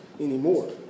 anymore